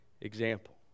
example